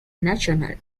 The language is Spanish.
national